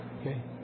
Okay